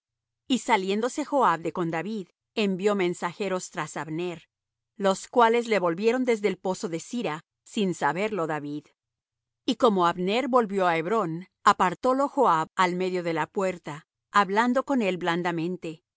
y saliéndose joab de con david envió mensajeros tras abner los cuales le volvieron desde el pozo de sira sin saberlo david y como abner volvió á hebrón apartólo joab al medio de la puerta hablando con él blandamente y